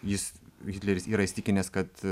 jis hitleris yra įsitikinęs kad